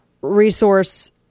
resource